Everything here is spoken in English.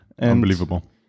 Unbelievable